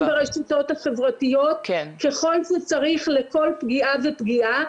אנחנו כן נמצאים ברשתות החברתיות ככל שצריך לכל פגיעה ופגיעה.